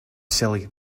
silly